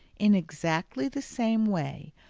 in exactly the same way,